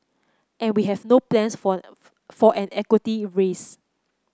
and we have no plans for for an equity raise